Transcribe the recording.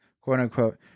quote-unquote